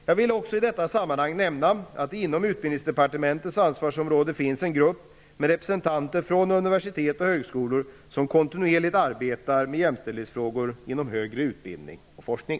Jag vill också i detta sammanhang nämna att det inom Utbildningsdepartementets ansvarsområde finns en grupp med representanter från universitet och högskolor som kontinuerligt arbetar med jämställdhetsfrågor inom högre utbildning och forskning.